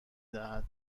دهد